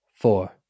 four